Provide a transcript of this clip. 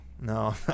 No